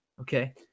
Okay